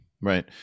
Right